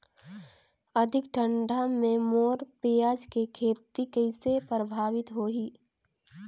अधिक ठंडा मे मोर पियाज के खेती कइसे प्रभावित होही?